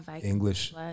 English